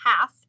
half